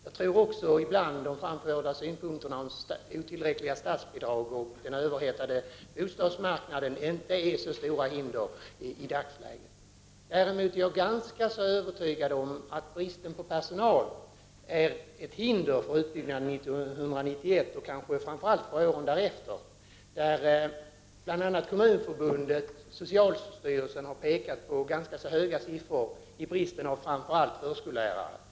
Jag tror inte heller att otillräckliga statsbidrag och den överhettade bostadsmarknaden är så stora hinder i dagsläget. Däremot är jag ganska övertygad om att bristen på personal är ett stort hinder för utbyggnaden inför 1991 och kanske framför allt för åren därefter. Bl.a. Kommunförbundet och socialstyrelsen har redovisat ganska höga siffror när det gäller bristen på framför allt förskollärare.